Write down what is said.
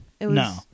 No